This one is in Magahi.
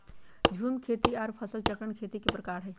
झूम खेती आर फसल चक्रण खेती के प्रकार हय